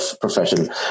profession